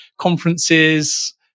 conferences